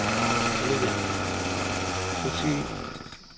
ᱟᱹᱞᱤᱧᱟᱜ ᱠᱩᱥᱤ